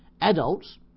Adults